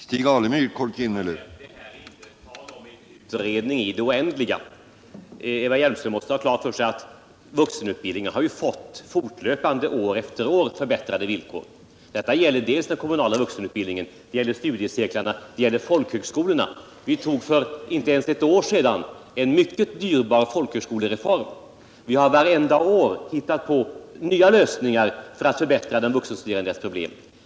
Herr talman! Det är inte tal om en utredning i det oändliga. Eva Hjelmström måste ha klart för sig att vuxenutbildningen fortlöpande år efter år har fått förbättrade villkor. Detta gäller dels den kommunala vuxenutbildningen, dels studiecirklarna och dels folkhögskolorna. För inte ens ett år sedan antog vi en mycket dyrbar folkhögskolereform, och vi har vartenda år hittat nya lösningar för att förbättra de vuxenstuderandes situation och lösa deras problem.